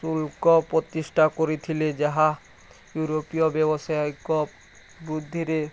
ଶୁଳ୍କ ପ୍ରତିଷ୍ଠା କରିଥିଲେ ଯାହା ୟୁରୋପୀୟ ବ୍ୟବସାୟୀଙ୍କ ବୁଦ୍ଧିରେ